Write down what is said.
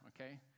okay